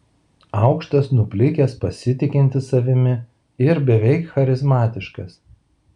aukštas nuplikęs pasitikintis savimi ir beveik charizmatiškas